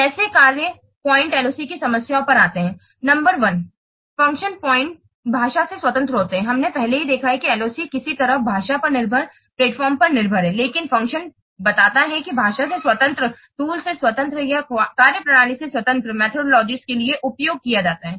कैसे कार्य point LOC की समस्याओं पर आते हैं नंबर एक फ़ंक्शन पॉइंट भाषा से स्वतंत्र होते हैं हमने पहले ही देखा है कि LOC किसी तरह भाषा पर निर्भर प्लेटफॉर्म पर निर्भर है लेकिन फ़ंक्शन बताता है कि भाषाओं से स्वतंत्र टूल से स्वतंत्र या कार्यप्रणाली से स्वतंत्र मेथोडोलोजिज़ के लिए उपयोग किया जाता है